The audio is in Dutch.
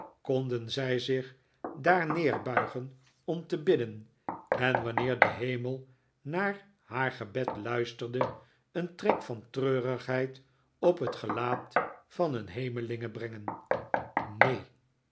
konden zij zich daar neerbiiigen om te bidden en wanneer de hemel naar haar gebed luisterde een trek van treurigheid op het gelaat van een hemelinge brengen neen